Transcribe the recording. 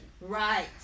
right